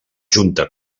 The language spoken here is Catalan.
junta